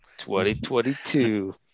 2022